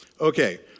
Okay